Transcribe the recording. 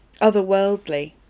otherworldly